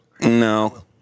no